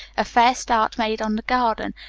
a fair start made on the garden,